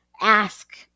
ask